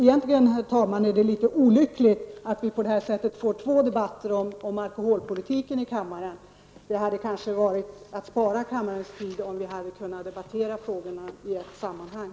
Egentligen är det, herr talman, litet olyckligt att vi här i kammaren på det här sättet får två olika debatter om alkoholpolitiken. Kanske hade vi sparat tid åt kammaren om frågorna hade kunnat debatteras i ett sammanhang.